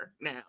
now